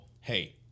hey